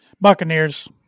Buccaneers